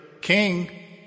king